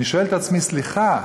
אני שואל את עצמי: סליחה,